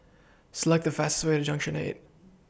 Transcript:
Select The fastest Way to Junction eight